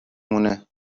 مونه